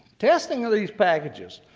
testing of these packages.